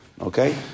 okay